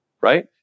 Right